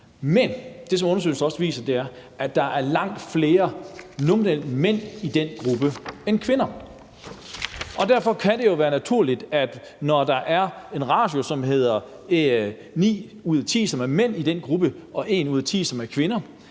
Men det, som undersøgelsen også viser, er, at der nominelt er langt flere mænd i den gruppe end kvinder, og derfor kan det jo være naturligt, når der er en ratio, som hedder, at 9 ud af 10 i den gruppe er mænd, og at det er 1 ud af 10, som er kvinder,